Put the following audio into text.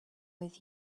with